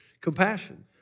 compassion